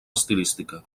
estilística